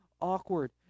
awkward